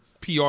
PR